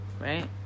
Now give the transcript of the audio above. right